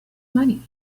money